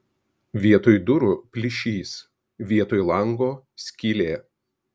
vietoj durų plyšys vietoj lango skylė